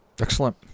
Excellent